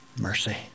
mercy